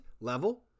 level